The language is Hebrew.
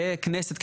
ככנסת,